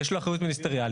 יש לו אחריות מיניסטריאלית.